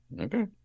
Okay